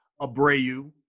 Abreu